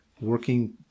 working